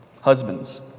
Husbands